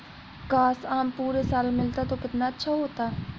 काश, आम पूरे साल मिलता तो कितना अच्छा होता